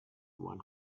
one